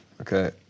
okay